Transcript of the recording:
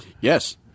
Yes